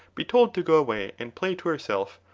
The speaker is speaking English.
be told to go away and play to herself,